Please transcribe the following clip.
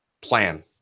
plan